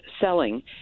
selling